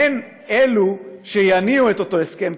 הן שיניעו את אותו הסכם,